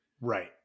Right